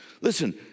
Listen